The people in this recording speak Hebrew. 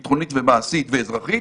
ביטחונית, מעשית ואזרחית,